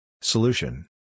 Solution